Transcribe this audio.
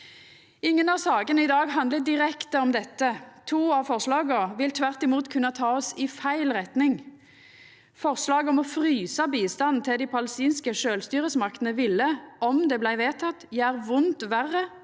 Ingen av sakene i dag handlar direkte om dette. To av forslaga vil tvert imot kunna ta oss i feil retning. Forslaget om å frysa bistanden til dei palestinske sjølvstyresmaktene ville, om det vart vedteke, gjere vondt verre